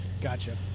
Gotcha